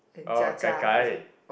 oh gai gai